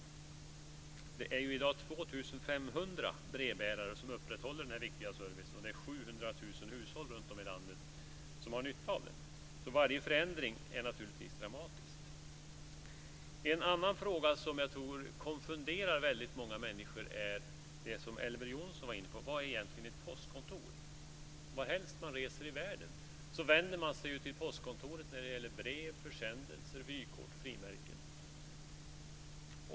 I dag är det 2 500 brevbärare som upprätthåller den här viktiga servicen, som 700 000 hushåll runtom i landet har nytta av. Naturligtvis är därför varje förändring dramatisk. En annan sak som jag tror gör väldigt många människor konfunderade är den fråga som Elver Jonsson var inne på: Vad är egentligen ett postkontor? Varhelst i världen man reser vänder man sig ju till postkontoret när det gäller brev, försändelser, vykort och frimärken.